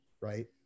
right